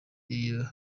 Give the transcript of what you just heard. iyo